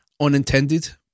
unintended